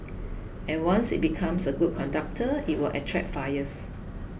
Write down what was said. and once it becomes a good conductor it will attract fires